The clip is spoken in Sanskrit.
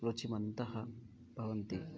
रुचिमन्तः भवन्ति